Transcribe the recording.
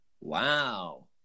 Wow